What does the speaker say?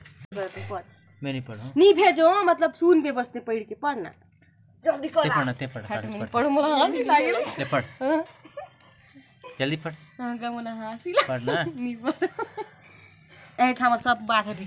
नगरपालिका ल बिकास काम बर केंद्र अउ राएज सरकार कर योजना ल चलाए बर बरोबेर अनुदान घलो मिल जाथे